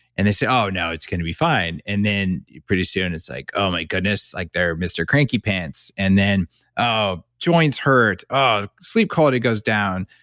and they say, oh, no, it's going to be fine. and then pretty soon, it's like, oh, my goodness, like they're mr. cranky pants. and oh, joints hurt. oh, sleep quality goes down.